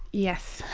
yes.